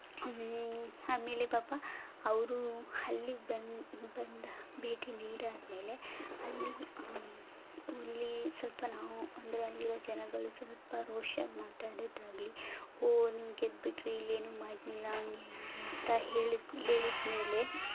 ಆಮೇಲೆ ಪಾಪ ಅವರೂ ಅಲ್ಲಿಗೆ ಬಂದು ಬಂದು ಭೇಟಿ ನೀಡಾದ ಮೇಲೆ ಅಲ್ಲಿ ಉಲ್ಲಿ ಸ್ವಲ್ಪ ನಾವು ಅಂದರೆ ಅಲ್ಲಿರೋ ಜನಗಳು ಸ್ವಲ್ಪ ರೋಷವಾಗಿ ಮಾತಾಡಿದ್ದು ಆಗಲಿ ಓ ನೀವು ಗೆದ್ಬಿಟ್ರಿ ಇಲ್ಲೇನೂ ಮಾಡಲಿಲ್ಲ ಹಂಗೆ ಹೀಗೆ ಅಂತ ಹೇಳಿದ ಹೇಳಿದ ಮೇಲೆ